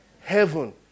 heaven